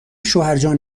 شوهرجان